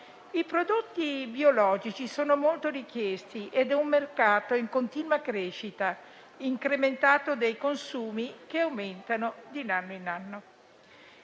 I prodotti biologici sono molto richiesti ed è un mercato in continua crescita, incrementato dai consumi che aumentano ogni anno.